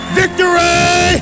victory